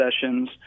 sessions